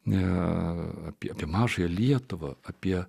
ne apie mažąją lietuvą apie